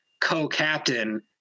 co-captain